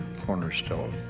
cornerstone